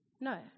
No